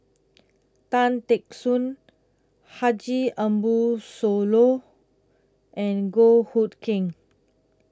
Tan Teck Soon Haji Ambo Sooloh and Goh Hood Keng